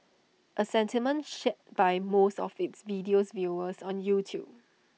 A sentiment shared by most of its video's viewers on YouTube